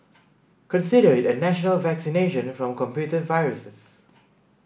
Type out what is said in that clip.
consider it a national vaccination from computer viruses